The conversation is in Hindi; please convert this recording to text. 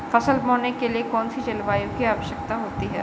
फसल बोने के लिए कौन सी जलवायु की आवश्यकता होती है?